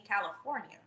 california